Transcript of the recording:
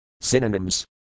Synonyms